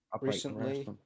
recently